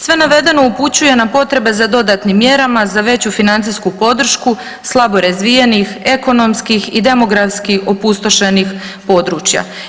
Sve navedeno upućuje na potrebe za dodatnim mjerama za veću financijsku podršku slabo razvijenih, ekonomskih i demografski opustošenih područja.